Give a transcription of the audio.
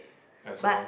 as well